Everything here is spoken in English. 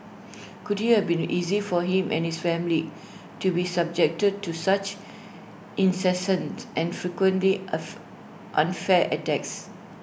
could you have been easy for him and his family to be subjected to such incessant and frequently unfair attacks